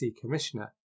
commissioner